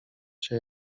się